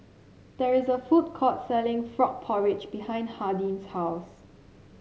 there is a food court selling Frog Porridge behind Hardin's house